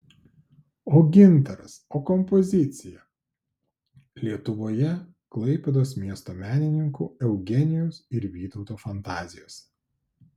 o gintaras o kompozicija lietuvoje klaipėdos miesto menininkų eugenijos ir vytauto fantazijose